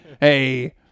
Hey